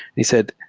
he said,